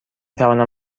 توانم